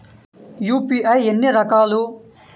UPI ఎన్ని రకాలు?